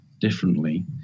differently